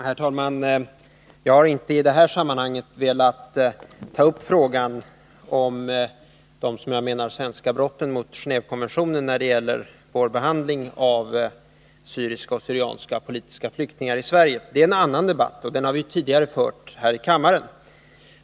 Herr talman! Jag har inte i det här sammanhanget velat ta upp frågan om de svenska brotten mot Genå&vekonventionen när det gäller vår behandling av assyriska och syrianska politiska flyktingar i Sverige. Det är en annan debatt, och den har vi tidigare fört här i kammaren.